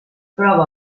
prova